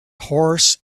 horse